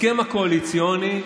ההסכם הקואליציוני,